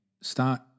start –